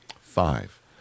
Five